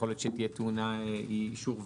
יכול להיות שתהיה טעונה אישור ועדה.